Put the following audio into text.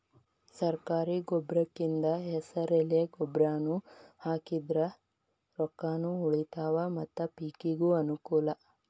ಸರ್ಕಾರಿ ಗೊಬ್ರಕಿಂದ ಹೆಸರೆಲೆ ಗೊಬ್ರಾನಾ ಹಾಕಿದ್ರ ರೊಕ್ಕಾನು ಉಳಿತಾವ ಮತ್ತ ಪಿಕಿಗೂ ಅನ್ನಕೂಲ